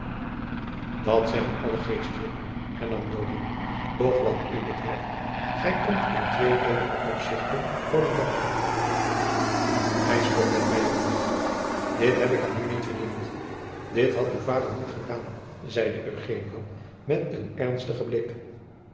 dat zeggen alle geestelijken hernam joan doch wat u betreft gij komt in tweeledige opzichten voor den dag gij spot met mij jongeling dit heb ik aan u niet verdiend dit had uw vader niet gedaan zeide eugenio met een ernstigen blik